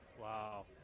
Wow